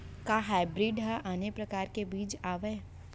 का हाइब्रिड हा आने परकार के बीज आवय?